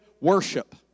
worship